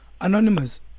Anonymous